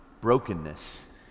brokenness